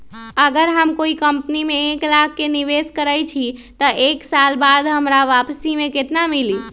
अगर हम कोई कंपनी में एक लाख के निवेस करईछी त एक साल बाद हमरा वापसी में केतना मिली?